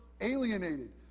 alienated